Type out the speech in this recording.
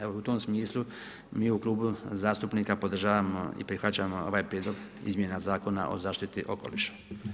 Evo u tom smislu mi u Klubu zastupnika podržavamo i prihvaćamo ovaj prijedlog izmjena Zakona o zaštiti okoliša.